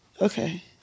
Okay